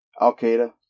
Al-Qaeda